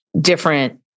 different